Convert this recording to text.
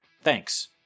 thanks